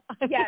Yes